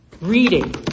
Reading